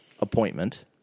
appointment